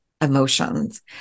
emotions